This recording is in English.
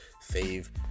save